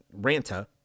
Ranta